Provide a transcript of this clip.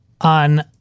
on